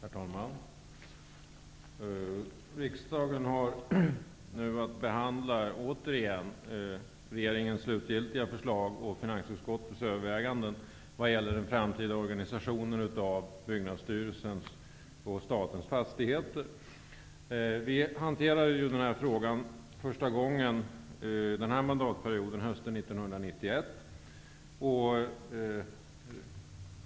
Herr talman! Riksdagen har nu att behandla regeringens slutgiltiga förslag och finansutskottets överväganden i vad gäller den framtida organisationen av Byggnadsstyrelsens och statens fastigheter. Under den här mandatperioden hanterade vi frågan första gången hösten 1991.